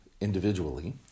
individually